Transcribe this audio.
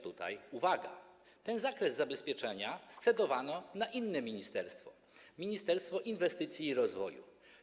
Tutaj uwaga: ten zakres zabezpieczenia scedowano na inne ministerstwo, Ministerstwo Inwestycji i Rozwoju.